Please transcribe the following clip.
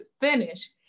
finish